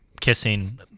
kissing